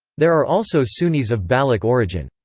there are also sunnis of baloch origin.